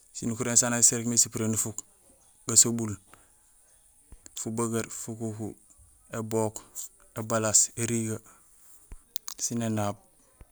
Sinukuréé sanja sirégmé min sipuré nufuk: fubegeer, gasobul, fukuku, ébook, ébalaas, érigee sin énaab.